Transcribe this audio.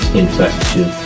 infection